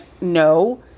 no